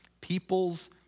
People's